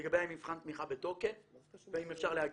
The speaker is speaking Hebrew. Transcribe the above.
לגבי מבחן תמיכה בתוקף והאם אפשר להגיש.